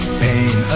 pain